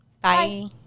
Bye